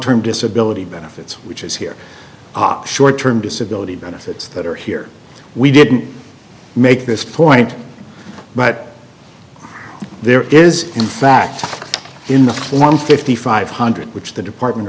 term disability benefits which is here opp short term disability benefits that are here we didn't make this point but there is in fact in the form fifty five hundred which the department